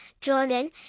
Jordan